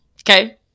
Okay